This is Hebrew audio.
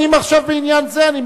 אבל אנחנו לא דנים עכשיו בעניין זה.